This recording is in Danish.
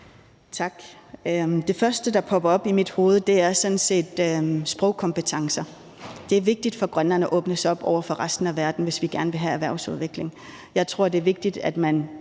Tak. Det første, der popper op i mit hoved, er sådan set sprogkompetencer. Det er vigtigt for Grønland at åbne sig op over for resten af verden, hvis vi gerne vil have erhvervsudvikling. Jeg tror, det er vigtigt, at man